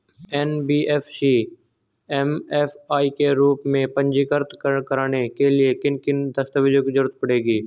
NBFC MFI के रूप में पंजीकृत कराने के लिए किन किन दस्तावेजों की जरूरत पड़ेगी?